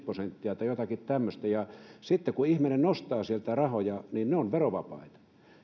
prosenttia tai jotakin tämmöistä ja sitten kun ihminen nostaa sieltä rahoja niin ne ovat verovapaita